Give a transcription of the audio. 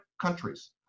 countries